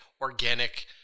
organic